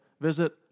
visit